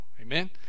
amen